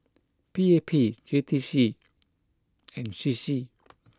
P A P J T C and C C